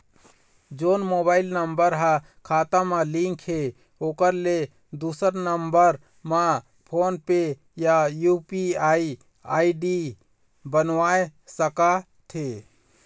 जोन mobile number हा खाता मा लिन्क हे ओकर ले दुसर नंबर मा फोन पे या यू.पी.आई आई.डी बनवाए सका थे?